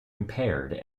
impaired